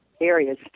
areas